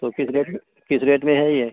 तो किस रेट में किस रेट में है यह